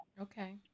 Okay